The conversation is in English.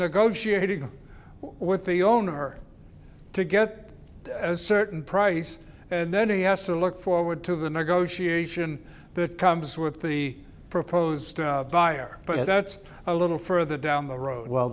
negotiating with the owner to get a certain price and then he has to look forward to the negotiation that comes with the proposed buyer but that's a little further down the road well